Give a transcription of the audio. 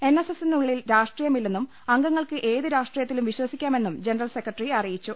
N S എസിനുള്ളിൽ രാഷ്ട്രീയമില്ലെന്നും അംഗ ങ്ങൾക്ക് ഏത് രാഷ്ട്രീയത്തിലും വിശ്വസിക്കാമെന്നും ജനറൽ സെക്രട്ടറി അറിയിച്ചു